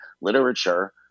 literature